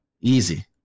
Easy